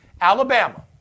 Alabama